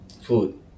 Food